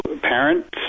parents